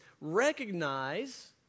recognize